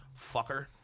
fucker